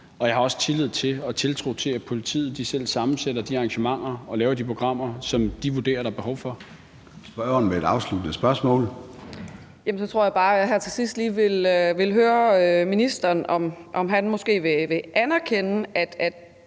og jeg har også tillid til og tiltro til, at politiet selv sammensætter de arrangementer og laver de programmer, som de vurderer der er behov for.